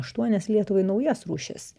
aštuonias lietuvai naujas rūšis